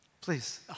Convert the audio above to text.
Please